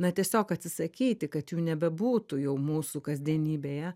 na tiesiog atsisakyti kad jų nebebūtų jau mūsų kasdienybėje